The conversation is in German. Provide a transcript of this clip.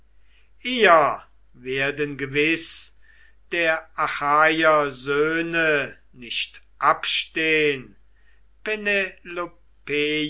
eher werden gewiß der achaier söhne nicht abstehn